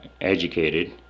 educated